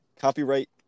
Copyright